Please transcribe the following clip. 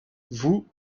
vous